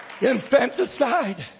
Infanticide